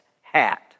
hat